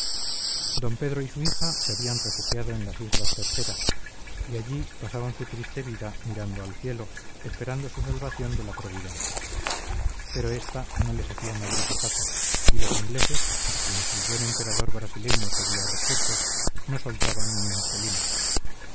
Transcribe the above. d pedro y su hija se habían refugiado en las islas terceras y allí pasaban su triste vida mirando al cielo esperando su salvación de la providencia pero esta no les hacía maldito caso y los ingleses a quienes el buen emperador brasileño pedía recursos no soltaban ni un chelín